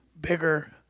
bigger